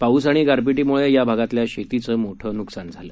पाऊस आणि गारपीटीमुळे या भागातल्या शेतीचं मोठं नुकसान झालं